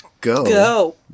go